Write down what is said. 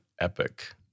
epic